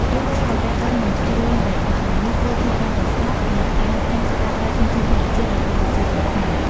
រឿងរ៉ាវដែលទាក់ទងនឹងគ្រឿងដីឥដ្ឋទាំងនេះគឺ ភាពប៉ិនប្រសប់ និង ការចេះប្រើប្រាស់ធនធានធម្មជាតិ របស់ប្រជាជនខ្មែរ។